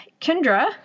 Kendra